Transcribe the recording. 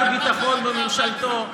את נפתלי בנט הוא מינה לשר ביטחון בממשלתו,